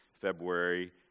february